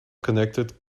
connected